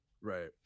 right